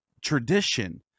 tradition